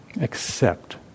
accept